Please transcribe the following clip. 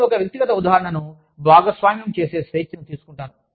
నేను ఒక వ్యక్తిగత ఉదాహరణను భాగస్వామ్యం చేసే స్వేచ్ఛను తీసుకుంటాను